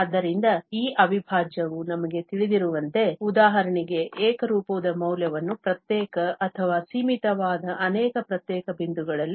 ಆದ್ದರಿಂದ ಈ ಅವಿಭಾಜ್ಯವು ನಮಗೆ ತಿಳಿದಿರುವಂತೆ ಉದಾಹರಣೆಗೆ ಏಕರೂಪದ ಮೌಲ್ಯವನ್ನು ಪ್ರತ್ಯೇಕ ಅಥವಾ ಸೀಮಿತವಾದ ಅನೇಕ ಪ್ರತ್ಯೇಕ ಬಿಂದುಗಳಲ್ಲಿ